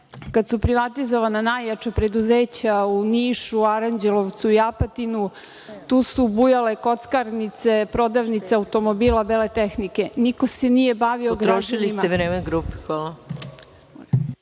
kada su privatizovana najjača preduzeća u Nišu, Aranđelovcu i Apatinu, tu su bujale kockarnice, prodavnice automobila i bele tehnike. Niko se nije bavio građanima.